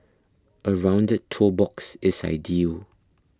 a rounded toe box is ideal